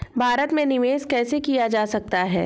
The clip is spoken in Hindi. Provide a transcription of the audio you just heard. भारत में निवेश कैसे किया जा सकता है?